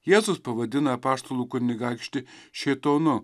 jėzus pavadina apaštalų kunigaikštį šėtonu